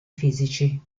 fisici